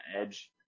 edge